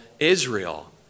Israel